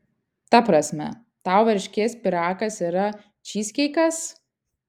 ta prasme tau varškės pyragas yra čyzkeikas